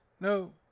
no